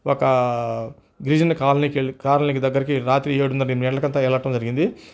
ఒక గిరిజనల కాలనీ దగ్గరికి కాలనీ దగ్గరికి రాత్రి ఏడున్నర వెళ్ళడం జరిగింది